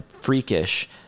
freakish